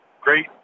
great